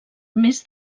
més